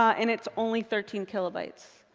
ah and it's only thirty kilobytes.